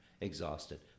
exhausted